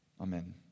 amen